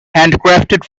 handcrafted